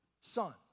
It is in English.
son